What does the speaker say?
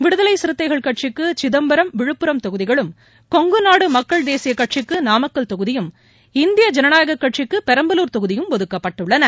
விடுதலைச் சிறுத்தைகள் கட்சிக்கு சிதம்பரம் விழுப்புரம் தொகுதிகளும் கொங்குநாடு மக்கள் தேசியக்கட்சிக்கு நாமக்கல் தொகுதியும் இந்திய ஜனநாயகக் கட்சிக்கு பெரம்பலூர் தொகுதியும் ஒதுக்கப்பட்டுள்ளன